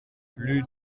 plus